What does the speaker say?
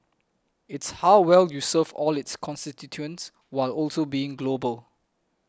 it's how well you serve all its constituents while also being global